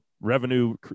revenue